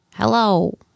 Hello